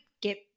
get